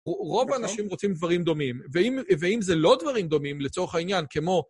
רוב האנשים רוצים דברים דומים. ואם זה לא דברים דומים לצורך העניין, כמו...